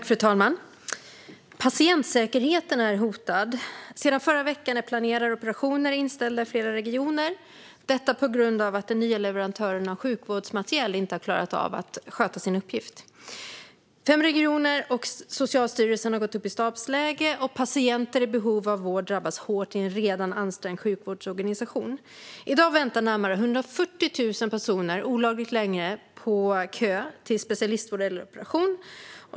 Fru talman! Patientsäkerheten är hotad. Sedan förra veckan är planerade operationer inställda i flera regioner på grund av att den nya leverantören av sjukvårdsmateriel inte har klarat av att sköta sin uppgift. Fem regioner och Socialstyrelsen har gått upp i stabsläge, och patienter i behov av vård drabbas hårt i en redan ansträngd sjukvårdsorganisation. I dag väntar närmare 140 000 personer olagligt länge i kö till specialistvård eller på operation.